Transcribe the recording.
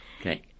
Okay